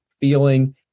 feeling